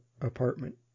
apartment